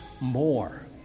more